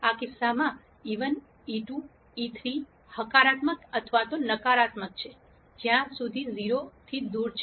આ કિસ્સામાં e1 e2 e3 હકારાત્મક અથવા નકારાત્મક છે જ્યાં સુધી 0 થી દૂર છે